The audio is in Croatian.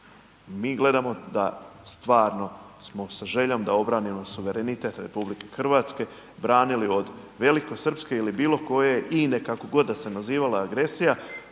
mi gledamo da stvarno smo sa željom da obranimo suverenitet RH branili od velikosrpske ili bilo koje ine kako god da se nazivala agresija